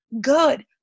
good